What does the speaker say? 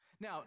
Now